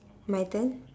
my turn